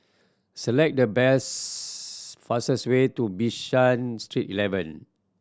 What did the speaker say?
select the best fastest way to Bishan Street Eleven